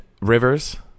rivers